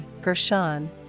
Gershon